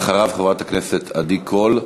אחריו, חברת הכנסת עדי קול.